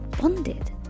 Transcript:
bonded